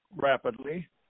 rapidly